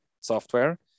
software